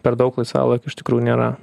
per daug laisvalaikio iš tikrųjų nėra